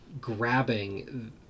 grabbing